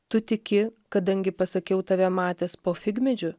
tu tiki kadangi pasakiau tave matęs po figmedžiu